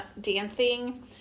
dancing